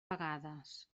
vegades